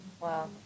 Wow